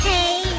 Hey